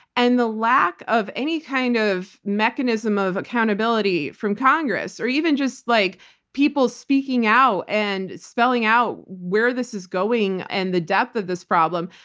and the lack of any kind of mechanism of accountability from congress or even just like people speaking out and spelling out where this is going and the depth of this problem,